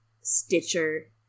Stitcher